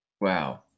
wow